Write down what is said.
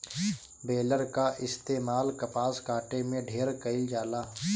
baler कअ इस्तेमाल कपास काटे में ढेर कइल जाला